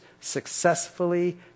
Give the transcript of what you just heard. successfully